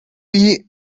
fit